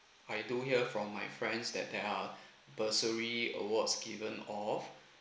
I do hear from my friends that their bursary awards given of